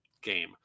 game